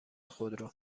خودرو